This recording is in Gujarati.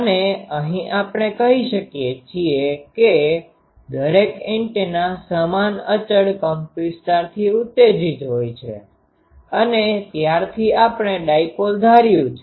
અને અહીં આપણે કહીએ છીએ કે દરેક એન્ટેના સમાન અચળ કંપનવિસ્તારથી ઉત્તેજીત હોય છે અને ત્યારથી આપણે ડાયપોલ ધાર્યું છે